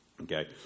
okay